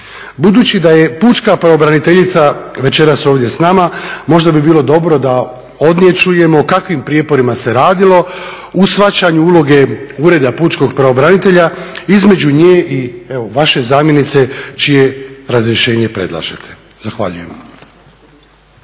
Budući da je pučka pravobraniteljica večeras ovdje s nama možda bi bilo dobro da od nje čujemo o kakvim prijeporima se radilo, u shvaćanju uloge Ureda pučkog pravobranitelja između nje i evo vaše zamjenice čije razrješenje predlažete. Zahvaljujem.